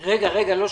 החדש.